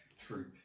troop